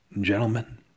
gentlemen